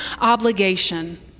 obligation